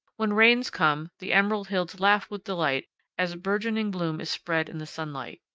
when rains come the emerald hills laugh with delight as bourgeoning bloom is spread in the sunlight.